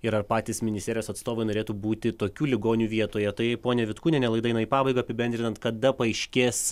ir ar patys ministerijos atstovai norėtų būti tokių ligonių vietoje tai ponia vitkūniene laida eina į pabaigą apibendrinant kada paaiškės